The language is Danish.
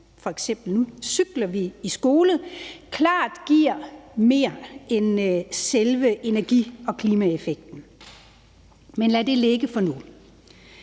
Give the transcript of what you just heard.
f.eks.: nu cykler vi i skole, klart giver mere end selve energi- og klimaeffekten; men lad det ligge for nu.